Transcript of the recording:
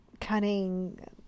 Cunning